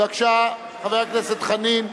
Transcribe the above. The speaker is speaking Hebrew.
בבקשה, חבר הכנסת חנין.